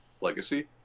Legacy